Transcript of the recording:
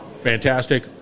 Fantastic